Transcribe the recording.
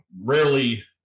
rarely